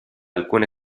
alcune